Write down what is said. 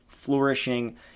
flourishing